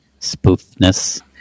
spoofness